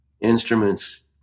instruments